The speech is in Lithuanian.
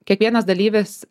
kiekvienas dalyvis